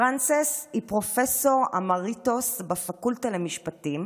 פרנסס היא פרופסור אמריטוס בפקולטה למשפטים